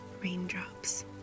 raindrops